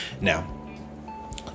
Now